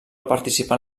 participar